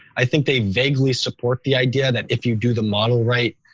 i think they vaguely support the idea that if you do the model right,